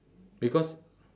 because